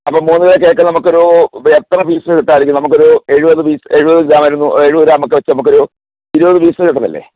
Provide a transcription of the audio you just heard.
അപ്പം മൂന്ന് kilo cake നമുക്കൊരൂ എത്ര പിസ് കിട്ടുവായിരിക്കും നമുക്കൊരു എഴുപത് പീസ് എഴുപത് ഗ്രാം വരുമ്പോൾ എഴുപത് ഗ്രാമൊക്കെ വച്ച് നമുക്കൊരു ഇരുപത് പിസ് കിട്ടത്തില്ലേ